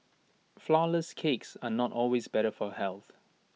Flourless Cakes are not always better for health